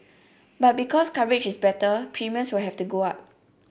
but because coverage is better premiums will have to go up